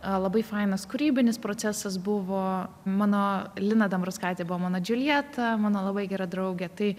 labai fainas kūrybinis procesas buvo mano lina dambrauskaitė buvo mano džiuljeta mano labai gera draugė tai